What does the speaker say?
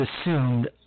assumed